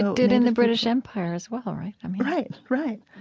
did in the british empire as well, right? right, right.